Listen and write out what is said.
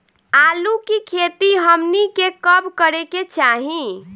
आलू की खेती हमनी के कब करें के चाही?